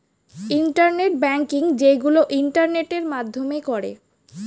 internet banking যেইগুলো ইন্টারনেটের মাধ্যমে করে